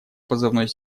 позывной